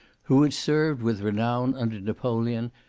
who had served with renown under napoleon,